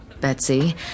Betsy